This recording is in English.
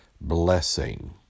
blessing